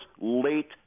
late